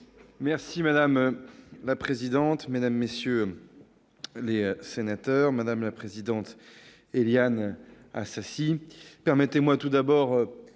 Madame la présidente, mesdames, messieurs les sénateurs, madame la présidente Éliane Assassi,